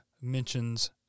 mentions